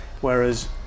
whereas